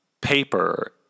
paper